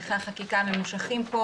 להליכי חקיקה ממושכים פה